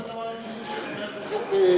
זה הדבר היחידי שחבר הכנסת טיבי,